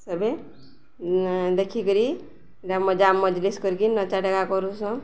ସବେ ଦେଖିକରି ମଜା ମଜଲିସ୍ କରିକି ନଚା ଟେକା କରୁସନ୍ଁ